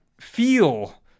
feel